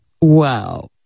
Wow